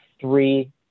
three